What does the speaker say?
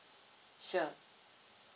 sure